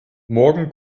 morgen